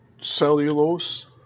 cellulose